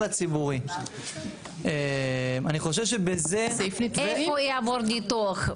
אני חושב שבזה --- איפה הוא יעבור ניתוח,